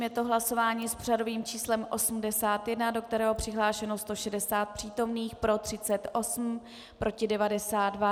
Je to hlasování s pořadovým číslem 81, do kterého je přihlášeno 160 přítomných, pro 38, proti 92.